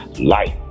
life